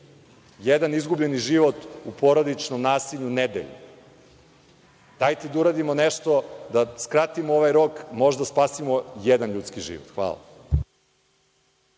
jedan izgubljeni život u porodičnom nasilju nedeljno. Dajte da uradimo nešto da skratimo ovaj rok, pa možda spasimo jedan ljudski život. Hvala.